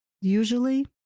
usually